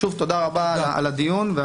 שוב, תודה רבה על הדיון.